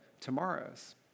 tomorrows